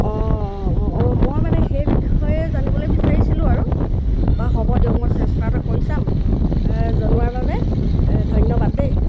অঁ অঁ অঁ অঁ মই মানে সেই বিষয়ে জানিবলৈ বিচাৰিছিলোঁ আৰু বা হ'ব দিয়ক মই চেষ্টা এটা কৰি চাম জনোৱাৰ বাবে ধন্যবাদ দেই